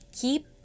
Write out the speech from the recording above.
Keep